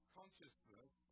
consciousness